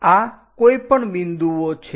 આ કોઈપણ બિંદુઓ છે